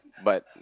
but